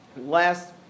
last